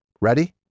ready